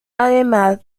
además